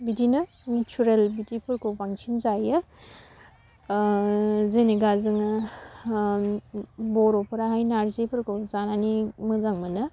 बिदिनो नेसारेल बिदिफोरखौ बांसिन जायो जेनबा जोङो बर'फोराहाय नारजिफोरखौ जानानै मोजां मोनो